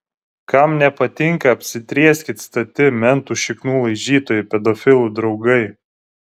kam nepatinka apsitrieskit stati mentų šiknų laižytojai pedofilų draugai